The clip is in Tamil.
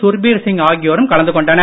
சுர்பீர் சிங் ஆகியோரும் கலந்து கொண்டனர்